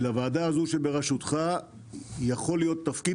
ולוועדה הזו שבראשותך יכול להיות תפקיד